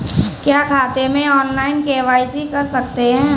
क्या खाते में ऑनलाइन के.वाई.सी कर सकते हैं?